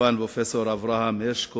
פרופסור אברהם הרשקו